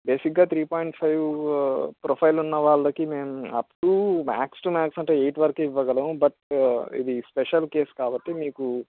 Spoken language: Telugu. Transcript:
బేసిక్గా త్రీ పాయింట్ ఫైవ్ ప్రొఫైల్ ఉన్న వాళ్ళకి మేము up to max to max అంటే ఎయిట్ వరకు ఇవ్వగలము బట్ ఇది స్పెషల్ కేస్ కాబట్టి మీకు